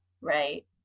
right